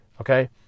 okay